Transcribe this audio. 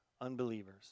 unbelievers